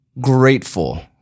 Grateful